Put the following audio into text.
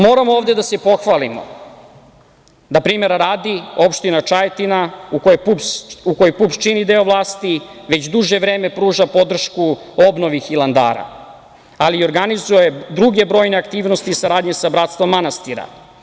Moramo ovde da se pohvalimo, primera radi opština Čajetina u kojoj PUPS čini deo vlasti već duže vreme pruža podršku obnovi Hilandara, ali i organizuje druge brojne aktivnosti i saradnji sa bratstvom manastira.